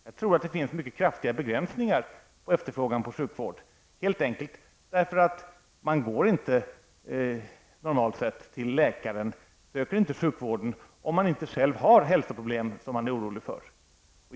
Jag tror att det finns mycket kraftiga begränsningar i efterfrågan på sjukvård, helt enkelt därför att man normalt sett inte går till läkare och söker sjukvård om man inte har hälsoproblem som man är orolig för.